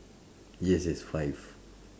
yes yes five